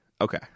Okay